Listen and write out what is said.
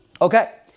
Okay